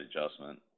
adjustment